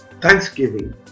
thanksgiving